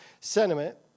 sentiment